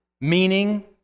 meaning